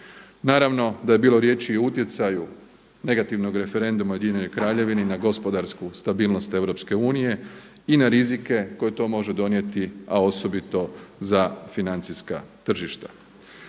Naravno da je bilo riječi i o utjecaju negativnog referenduma u Ujedinjenoj Kraljevini na gospodarsku stabilnost EU i na rizike koje to može donijeti, a osobito za financijska tržišta.